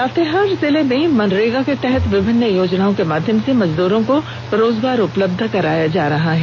लातेहार जिले में मनरेगा के तहत विभिन्न योजनाओं के माध्यम से मजदरों को रोजगार उपलब्ध कराया जा रहा है